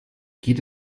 geht